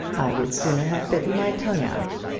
i would sooner have bitten my tongue out.